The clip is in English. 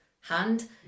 hand